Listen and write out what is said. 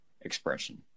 expression